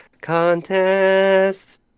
contest